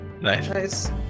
Nice